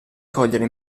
cogliere